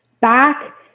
back